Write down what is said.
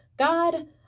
God